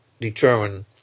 determine